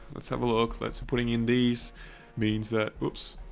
let's have a look, let's putting in these means that, oops.